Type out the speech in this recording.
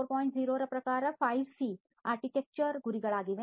0 ರ ಪ್ರಕಾರ 5 ಸಿ ವಾಸ್ತುಶಿಲ್ಪದ ಗುರಿಗಳಿವೆ